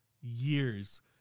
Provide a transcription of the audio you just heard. years